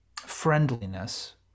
friendliness